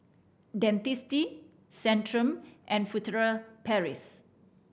Dentiste Centrum and Furtere Paris